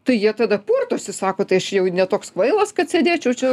tai jie tada purtosi sako tai aš jau ne toks kvailas kad sėdėčiau čia